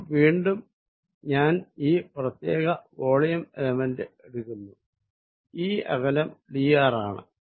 അപ്പോൾ വീണ്ടും ഞാൻ ഈ പ്രത്യേക വോളിയം എലമെന്റ് എടുക്കുന്നു ഈ അകലം dr ആണ്